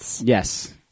Yes